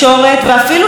לאן הגענו?